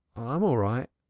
i am all right,